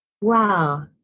wow